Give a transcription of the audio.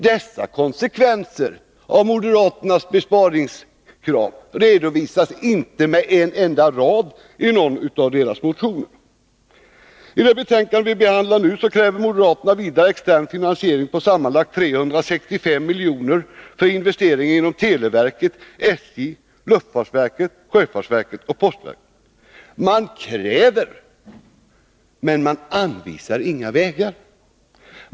Dessa konsekvenser av moderaternas besparingskrav redovisas inte med en enda rad i någon av deras motioner. I det betänkande vi nu behandlar kräver moderaterna vidare extern finansiering på sammanlagt 365 milj.kr. för investeringar inom televerket, SJ, luftfartsverket, sjöfartsverket och postverket. Man kräver, men man anvisar inga vägar för finansieringen.